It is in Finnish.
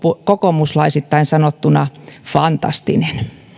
kokoomuslaisittain sanottuna fantastinen